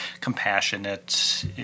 compassionate